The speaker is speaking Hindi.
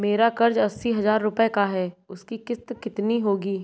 मेरा कर्ज अस्सी हज़ार रुपये का है उसकी किश्त कितनी होगी?